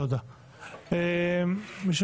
ניסינו